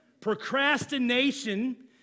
Procrastination